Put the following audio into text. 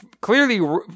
clearly